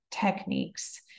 techniques